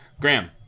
Graham